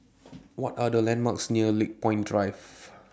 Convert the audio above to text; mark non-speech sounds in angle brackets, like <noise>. <noise> What Are The landmarks near Lakepoint Drive <noise>